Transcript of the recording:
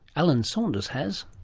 alan saunders has.